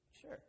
Sure